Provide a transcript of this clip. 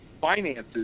finances